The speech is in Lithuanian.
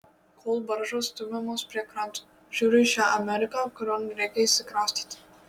kol baržos stumiamos prie kranto žiūriu į šią ameriką kurion reikia išsikraustyti